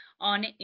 on